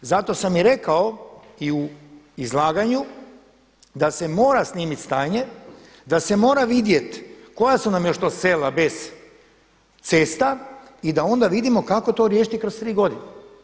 Zato sam i rekao i u izlaganju da se mora snimiti stanje, da se mora vidjeti koja su nam još to sela bez cesta i da onda vidimo kako to riješiti kroz tri godine.